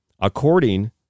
According